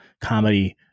comedy